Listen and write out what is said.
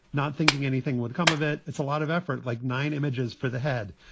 not thinking anything would come of it. it's a lot of effort. like nine images for the head.